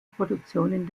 produktionen